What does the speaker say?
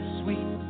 sweet